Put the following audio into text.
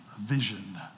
vision